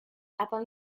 upon